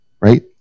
right